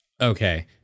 Okay